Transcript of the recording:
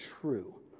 true